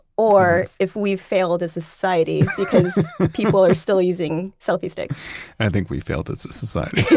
or if we've failed as a society, because people are still using selfie sticks i think we failed as a society.